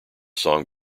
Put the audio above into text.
song